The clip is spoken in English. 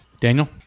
Daniel